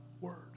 word